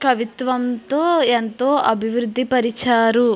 కవిత్వంతో ఎంతో అభివృద్ధి పరిచారు